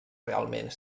realment